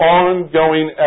ongoing